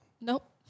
Nope